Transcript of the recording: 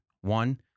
One